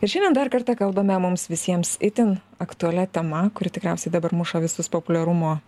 ir šiandien dar kartą kalbame mums visiems itin aktualia tema kuri tikriausiai dabar muša visus populiarumo